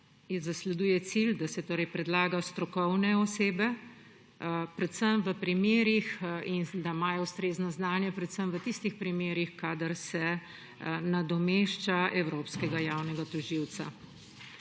zasleduje cilj, da se predlaga strokovne osebe, ki imajo ustrezna znanja predvsem v tistih primerih, kadar se nadomešča evropskega javnega tožilca.